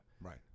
Right